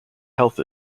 health